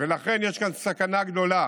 לכן יש כאן סכנה גדולה